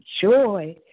joy